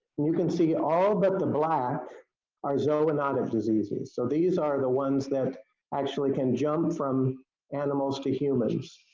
and you can see, all but the black are zoonotic diseases. so, these are the ones that actually can jump from animals to humans.